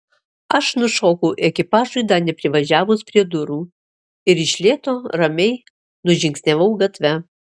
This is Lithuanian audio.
aš nušokau ekipažui dar neprivažiavus prie durų ir iš lėto ramiai nužingsniavau gatve